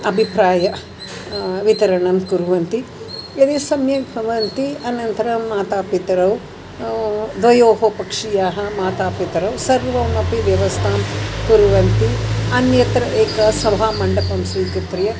अभिप्रायवितरणं कुर्वन्ति यदि सम्यक् भवन्ति अनन्तरं मातापितरौ द्वयोः पक्षीयाः मातापितरौ सर्वमपि व्यवस्थां कुर्वन्ति अन्यत्र एकं सभामण्डपं स्वीकृत्य